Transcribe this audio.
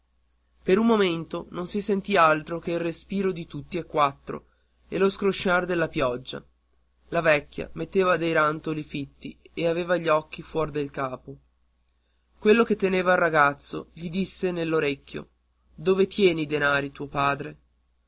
per un momento non si sentì altro che il respiro affannoso di tutti e quattro e lo scrosciar della pioggia la vecchia metteva dei rantoli fitti e aveva gli occhi fuor del capo quello che teneva il ragazzo gli disse nell'orecchio dove tiene i danari tuo padre